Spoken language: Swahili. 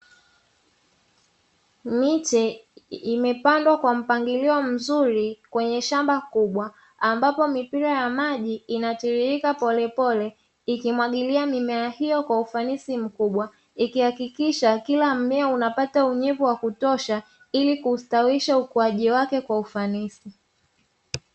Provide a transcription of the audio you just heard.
Miche imepandwa Kwa mpangilio mzuri kwenye shamba kubwa, ambapo mipira ya maji inatiririka polepole ikimwagilia mimea hiyo kwa ufanisi mkubwa, ikihakikisha kila mmea unapata unyevu wa kutosha ili kustawisha ukuwaji wake kwa ufanisi.